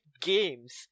games